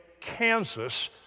Kansas